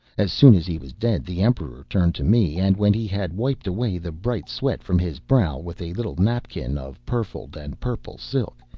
as soon as he was dead the emperor turned to me, and when he had wiped away the bright sweat from his brow with a little napkin of purfled and purple silk,